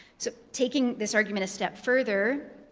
so, taking this argument a step further,